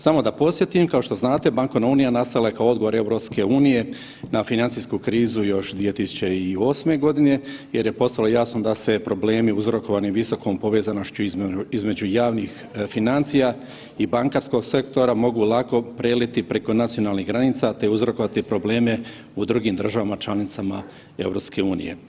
Samo da podsjetim, kao što znate, bankovna unija nastala je kao odgovor EU na financijsku krizu još 2008.g. jer je postalo jasno da se problemi uzrokovani visokom povezanošću između javnih financija i bankarskog sektora mogu lako preliti preko nacionalnih granica, te uzrokovati probleme u drugim državama članicama EU.